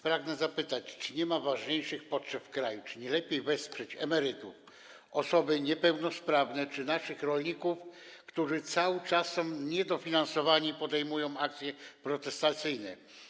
Pragnę zapytać, czy nie ma ważniejszych potrzeb w kraju, czy nie lepiej wesprzeć emerytów, osoby niepełnosprawne czy naszych rolników, którzy cały czas są niedofinansowani i podejmują akcje protestacyjne.